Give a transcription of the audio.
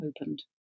opened